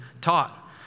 taught